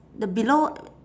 the below